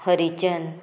Harichandra